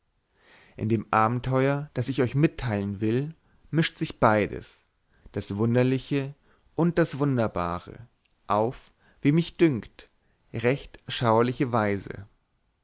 in dem abenteuer das ich euch mitteilen will mischt sich beides das wunderliche und wunderbare auf wie mich dünkt recht schauerliche weise